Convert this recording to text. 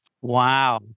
Wow